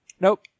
Nope